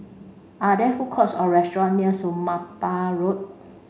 are there food courts or restaurant near Somapah Road